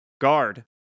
Guard